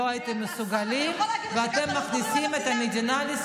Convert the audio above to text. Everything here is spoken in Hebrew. לא הייתם מסוגלים, ואתם מכניסים את המדינה לסחרור.